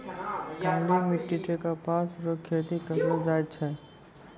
काली मिट्टी मे कपास रो खेती करलो जाय छै